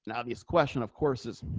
now this question of courses.